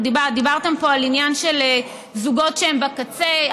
דיברתם פה על עניין של זוגות שהם בקצה,